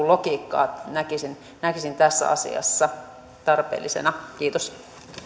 logiikan näkisin näkisin tässä asiassa tarpeellisena kiitos